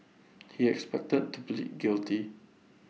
he expected to plead guilty